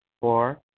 Four